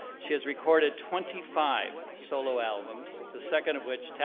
she has recorded twenty five solo albums, the second of which,